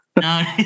No